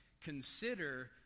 Consider